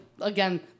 again